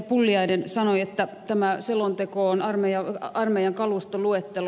pulliainen sanoi että tämä selonteko on armeijan kalustoluettelo